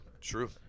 True